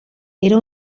era